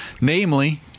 namely